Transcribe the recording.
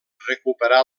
recuperà